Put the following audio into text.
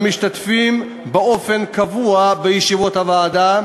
המשתתפים באופן קבוע בישיבות הוועדה,